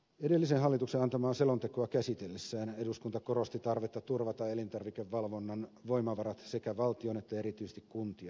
edellisen hallituksen antamaa selontekoa käsitellessään eduskunta korosti tarvetta turvata elintarvikevalvonnan voimavarat sekä valtion että erityisesti kuntien hallinnossa